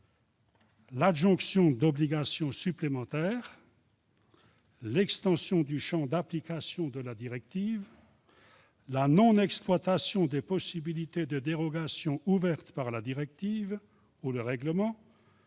l'adjonction d'obligations supplémentaires ; l'extension du champ d'application de la directive ; la non-exploitation des possibilités de dérogations ouvertes par la directive ou le règlement,